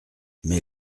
mais